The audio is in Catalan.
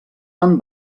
fan